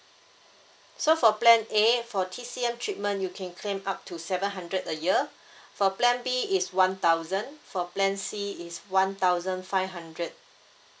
so for plan A for T_C_M treatment you can claim up to seven hundred a year for plan B is one thousand for plan C is one thousand five hundred